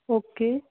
okay